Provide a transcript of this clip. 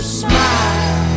smile